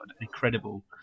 incredible